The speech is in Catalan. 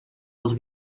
els